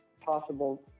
possible